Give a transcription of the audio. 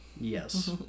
Yes